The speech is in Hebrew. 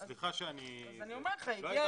סליחה שאני היא לא הייתה